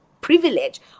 privilege